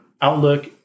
outlook